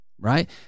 right